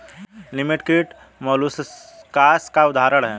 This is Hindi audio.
लिमस कीट मौलुसकास का उदाहरण है